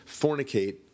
fornicate